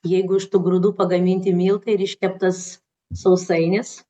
jeigu iš tų grūdų pagaminti miltai ir iškeptas sausainis